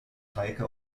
dreiecke